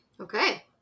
Okay